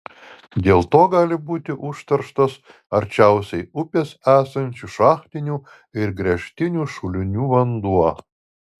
dėl to gali būti užterštas arčiausiai upės esančių šachtinių ir gręžtinių šulinių vanduo